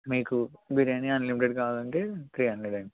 మీకు బిర్యానీ అన్లిమిటెడ్ కావాలంటే three hundred అండి